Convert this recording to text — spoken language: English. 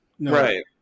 Right